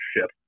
ship